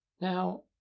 Now